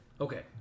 okay